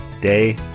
day